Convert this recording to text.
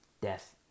death